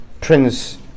Prince